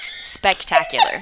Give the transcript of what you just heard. spectacular